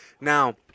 now